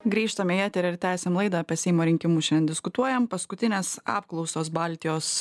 grįžtame į eterį ir tęsiam laidą apie seimo rinkimus šiandien diskutuojam paskutinės apklausos baltijos